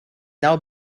now